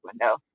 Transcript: window